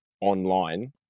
online